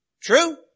True